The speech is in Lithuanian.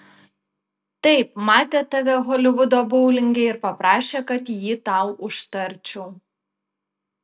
taip matė tave holivudo boulinge ir paprašė kad jį tau užtarčiau